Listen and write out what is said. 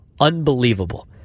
Unbelievable